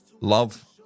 love